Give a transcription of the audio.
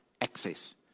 access